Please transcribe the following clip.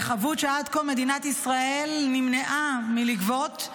חבות שעד כה מדינת ישראל נמנעה מלגבות,